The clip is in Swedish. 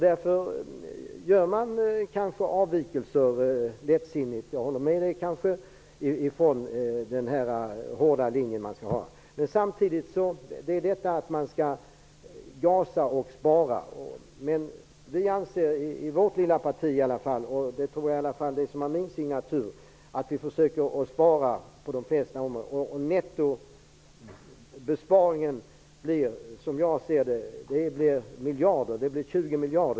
Därför gör man kanske lättsinniga avvikelser från den hårda linje som skall gälla. Det kan jag hålla med om. Man skall ju både gasa och spara. Men vi i vårt lilla parti, i varje fall gäller det sådant som har min signatur, försöker vi att spara på flertalet områden. Nettobesparingen blir, som jag ser detta, 20 miljarder.